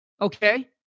Okay